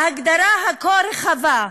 ההגדרה הכה-רחבה,